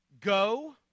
Go